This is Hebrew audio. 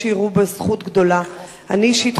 יש שיראו בה זכות גדולה.